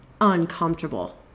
uncomfortable